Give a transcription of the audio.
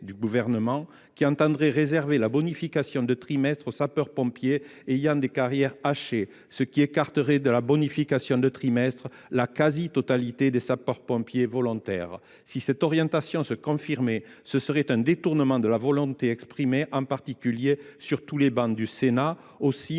du Gouvernement, qui entendrait réserver la bonification de trimestres aux sapeurs pompiers ayant des carrières hachées, ce qui écarterait la quasi totalité des sapeurs pompiers volontaires. Si cette orientation se confirmait, ce serait un détournement de la volonté exprimée sur toutes les travées du Sénat. Madame